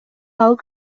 алып